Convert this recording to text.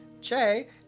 Jay